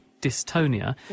dystonia